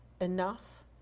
enough